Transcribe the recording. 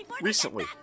recently